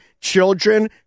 children